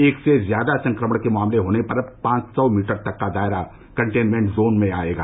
एक से ज्यादा संक्रमण के मामले होने पर पांच सौ मीटर तक का दायरा कंटेनमेन्ट जोन में आएगा